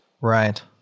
Right